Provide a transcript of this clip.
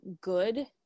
good